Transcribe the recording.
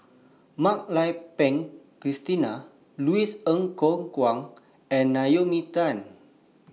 Mak Lai Peng Christine Louis Ng Kok Kwang and Naomi Tan